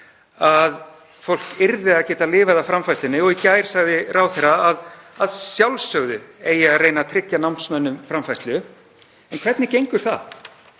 að fólk yrði að geta lifað af framfærslunni og í gær sagði ráðherra að að sjálfsögðu ætti að reyna að tryggja námsmönnum framfærslu. En hvernig gengur það?